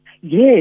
Yes